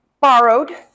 borrowed